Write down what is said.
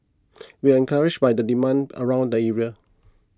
we are encouraged by the demand around the area